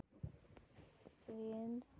ᱯᱮᱨᱱ number